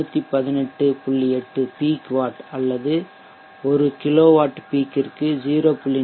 8 peak watt அல்லது ஒரு kilowatt peak ற்கு 0